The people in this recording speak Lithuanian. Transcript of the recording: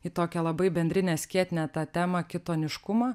į tokią labai bendrinę skėtinę tą temą kitoniškumą